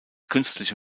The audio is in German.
künstliche